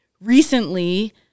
recently